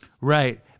Right